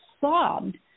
sobbed